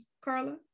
Carla